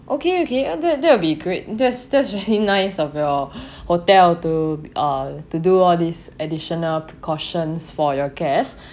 okay okay that that will be great that's that's really nice of your hotel to uh to do all these additional precautions for your guests